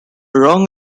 wrong